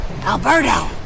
ALBERTO